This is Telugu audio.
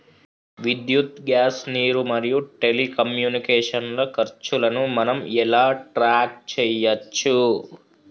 విద్యుత్ గ్యాస్ నీరు మరియు టెలికమ్యూనికేషన్ల ఖర్చులను మనం ఎలా ట్రాక్ చేయచ్చు?